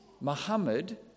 Muhammad